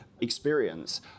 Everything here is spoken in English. experience